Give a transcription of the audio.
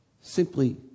Simply